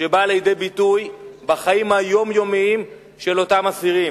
שבאה לידי ביטוי בחיים היומיומיים של אותם אסירים.